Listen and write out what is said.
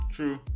True